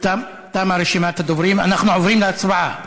תמה רשימת הדוברים, אנחנו עוברים להצבעה.